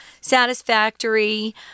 satisfactory